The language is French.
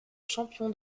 champion